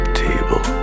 table